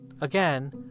Again